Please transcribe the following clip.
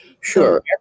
Sure